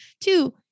two